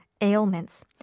ailments